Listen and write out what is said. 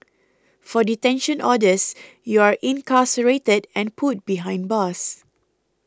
for detention orders you're incarcerated and put behind bars